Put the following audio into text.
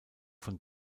von